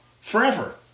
forever